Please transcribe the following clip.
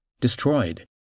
destroyed